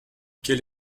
quel